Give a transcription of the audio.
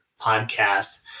podcast